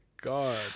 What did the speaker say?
god